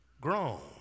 grown